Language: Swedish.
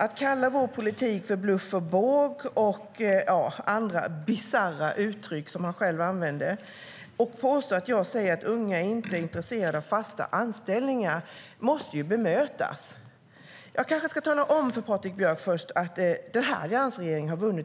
Att kalla vår politik för bluff och båg och andra bisarra uttryck som han använder och påstå att jag säger att unga inte är intresserade av fasta anställningar måste ju bemötas. Jag kanske först ska tala om för Patrik Björck att alliansregeringen har blivit